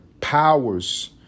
powers